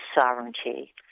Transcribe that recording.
sovereignty